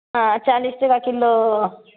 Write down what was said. हँ चालिस टाका किलो